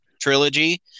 trilogy